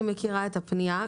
אני מכירה את הפנייה,